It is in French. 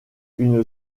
une